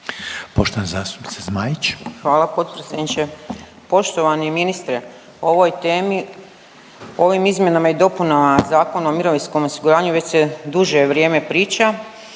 **Zmaić, Ankica (HDZ)** Hvala potpredsjedniče. Poštovani ministre, o ovoj temi, ovim izmjenama i dopunama Zakona o mirovinskom osiguranju već se duže vrijeme priča,